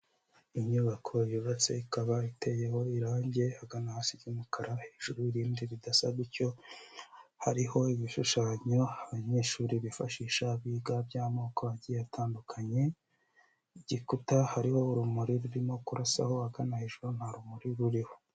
Inyubako yubatse ikaba iteyeho irangi hagana hasi ry'umukara, hejuru irindi ridasa gutyo, hariho ibishushanyo abanyeshuri bifashisha abiga by'amoko agiye atandukanye, igikuta hariho urumuri rurimo kurasaho, ahagana hejuru nta rumuri ruriho.